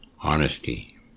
honesty